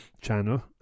channel